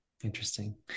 Interesting